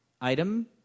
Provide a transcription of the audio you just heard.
Item